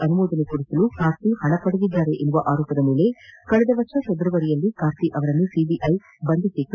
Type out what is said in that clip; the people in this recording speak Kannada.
ಅನುಮೋದನೆ ಕೊಡಿಸಲು ಕಾರ್ತಿ ಅವರು ಹಣ ಪಡೆದಿದ್ದಾರೆ ಎಂಬ ಆರೋಪದ ಮೇಲೆ ಕಳೆದ ವರ್ಷ ಫೆಬ್ರವರಿಯಲ್ಲಿ ಕಾರ್ತಿ ಅವರನ್ನು ಸಿಬಿಐ ಬಂಧಿಸಿತ್ತು